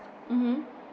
mmhmm